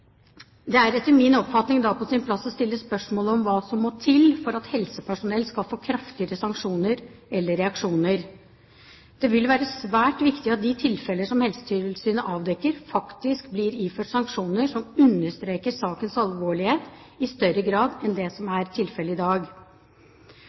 Det er etter min oppfatning da på sin plass å stille spørsmål om hva som må til for at helsepersonell skal få kraftigere sanksjoner eller reaksjoner. Det vil være svært viktig at man i de tilfeller som Helsetilsynet avdekker, faktisk ilegger sanksjoner som understreker sakens alvor i større grad enn det som